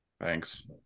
Thanks